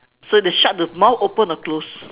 so the shark the mouth open or close